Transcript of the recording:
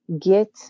get